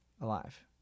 alive